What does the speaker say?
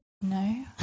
No